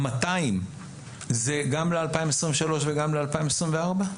ה-200 זה גם ל-2023 וגם ל-2024?